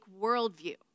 worldview